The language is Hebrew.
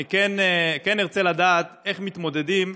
אני כן ארצה לדעת איך מתמודדים.